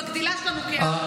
בגדילה שלנו כעם.